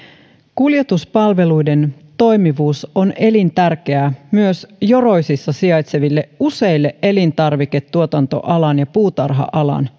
kuljetuspalveluiden toimivuus on elintärkeää myös joroisissa sijaitseville useille elintarviketuotantoalan ja puutarha alan